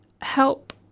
help